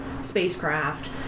spacecraft